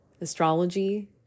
astrology